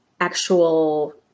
actual